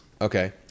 Okay